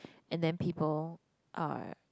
and then people are